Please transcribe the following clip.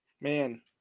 man